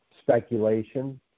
speculation